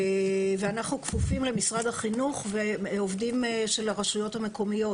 ואנחנו כפופים למשרד החינוך ועובדים של הרשויות המקומיות,